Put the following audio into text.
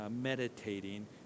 meditating